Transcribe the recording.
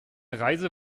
reise